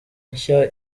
nshya